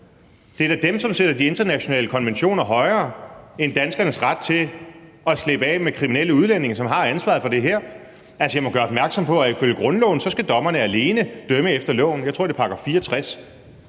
Det er da dem, som sætter de internationale konventioner højere end danskernes ret til at slippe af med kriminelle udlændinge, som har ansvaret for det her. Altså, jeg må gøre opmærksom på, at ifølge grundloven skal dommerne alene dømme efter loven – jeg tror, det er §